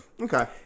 Okay